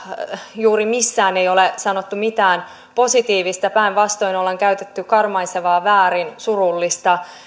juuri missään ei ole sanottu mitään positiivista päinvastoin ollaan käytetty sanoja karmaisevaa väärin surullista